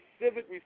civic